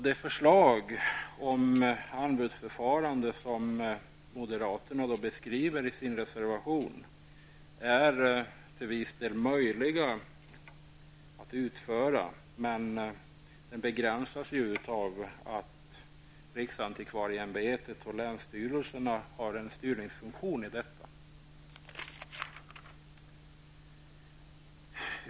Det förslag om anbudsförfarande som moderaterna beskriver i sin reservation är till viss del möjligt att genomföra, men det begränsas av att riksantikvarieämbetet och länsstyrelserna har en styrningsfunktion här.